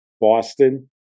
Boston